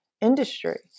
industry